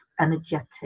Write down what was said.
energetic